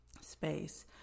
space